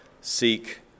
seek